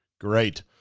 Great